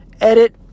edit